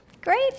Great